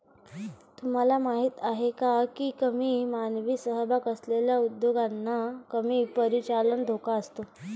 तुम्हाला माहीत आहे का की कमी मानवी सहभाग असलेल्या उद्योगांना कमी परिचालन धोका असतो?